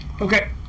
Okay